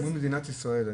כשאנחנו אומרים מדינת ישראל,